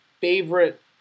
favorite